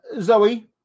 Zoe